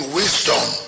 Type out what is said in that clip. wisdom